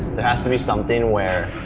has to be something where,